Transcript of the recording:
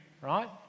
right